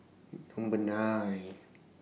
Number nine